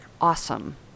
Awesome